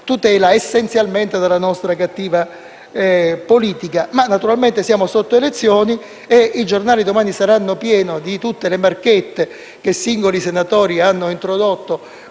tutela essenzialmente dalla nostra cattiva politica. Ma naturalmente siamo sotto elezioni e domani i giornali saranno pieni di tutte le marchette che singoli senatori hanno introdotto